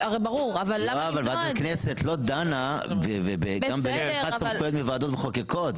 ועדת כנסת לא דנה גם בהעברת סמכויות מוועדות מחוקקות.